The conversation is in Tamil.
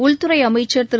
உள்துறை அமைச்சா் திரு